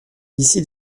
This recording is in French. ici